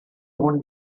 own